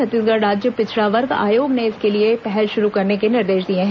छत्तीसगढ़ राज्य पिछड़ा वर्ग आयोग ने इसके लिए पहल शुरू करने के निर्देश दिए हैं